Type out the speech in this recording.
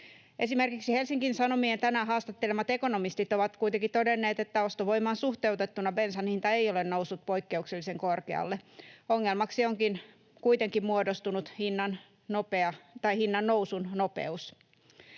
Esimerkiksi Helsingin Sanomien tänään haastattelemat ekonomistit ovat kuitenkin todenneet, että ostovoimaan suhteutettuna bensan hinta ei ole noussut poikkeuksellisen korkealle. Ongelmaksi onkin kuitenkin muodostunut hinnan nousun nopeus.